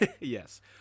Yes